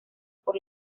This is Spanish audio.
por